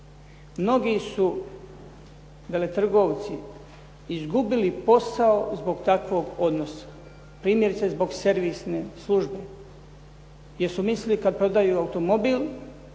Mnogi su veletrgovci izgubili posao zbog takvog odnosa. Primjerice zbog servisne službe jer su mislili kad prodaju automobil